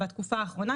שהחלים בתקופה האחרונה.